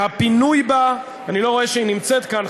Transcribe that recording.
שהפינוי בה, ואני לא רואה שהיא נמצאת כאן.